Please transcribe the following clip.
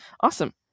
Awesome